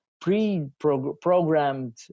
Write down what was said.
pre-programmed